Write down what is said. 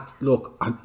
look